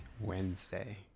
Wednesday